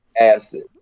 Acid